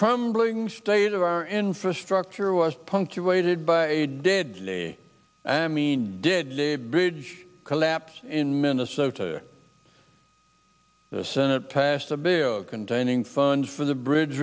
crumbling state of our infrastructure was punctuated by a deadly i mean did a bridge collapse in minnesota the senate passed a bill containing funds for the bridge